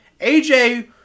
AJ